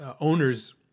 owners